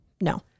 No